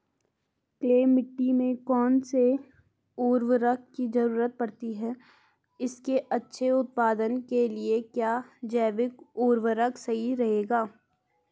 Clay मिट्टी में कौन से उर्वरक की जरूरत पड़ती है इसके अच्छे उत्पादन के लिए क्या जैविक उर्वरक सही रहेगा?